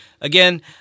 Again